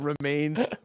remain